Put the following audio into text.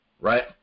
right